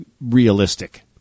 realistic